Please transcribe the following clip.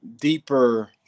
deeper